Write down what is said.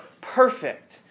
perfect